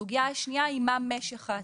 הסוגיה השנייה היא, מה משך ההטבה?